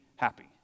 happy